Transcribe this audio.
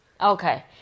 Okay